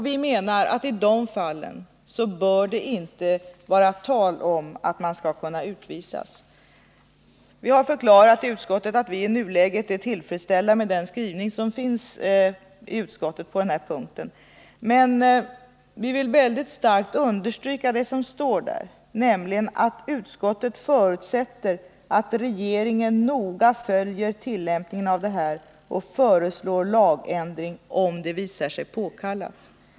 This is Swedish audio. Vi menar att det bör vara klart att utvisning i de fallen inte skall kunna förekomma. Vi har i utskottet förklarat att vi i nuläget är tillfredsställda med den skrivning som utskottet har på den här punkten. Men vi vill starkt understryka det som står i utskottets betänkande, nämligen att utskottet förutsätter att regeringen noga följer tillämpningen av det här och föreslår lagändring om det visar sig påkallat.